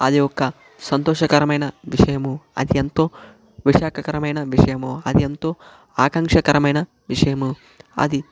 అది ఒక సంతోషకరమైన విషయము అది ఎంతో విశాకకరమైన విషయము అది ఎంతో ఆకాంక్షకరమైన విషయము అది